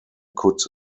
could